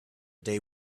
day